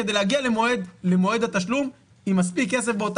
כדי להגיע למועד התשלום עם מספיק כסף באותה